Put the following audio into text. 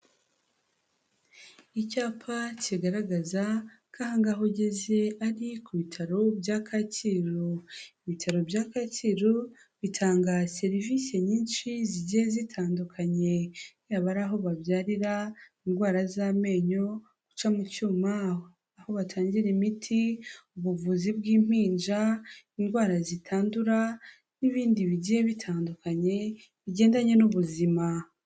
Icyapa kigaragaza ko aho ngaho ugeze, ari ku bitaro bya Kacyiru, ibitaro bya Kacyiru bitanga serivisi nyinshi zigiye zitandukanye, yaba ari aho babyarira, indwara z'amenyo, guca mu cyuma, aho batangira imiti, ubuvuzi bw'impinja, indwara zitandura, n'ibindi bigiye bitandukanye bigendanye n'ubuzima.